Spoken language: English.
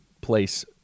place